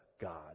God